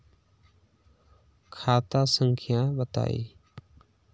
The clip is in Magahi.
खाता संख्या बताई?